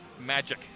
magic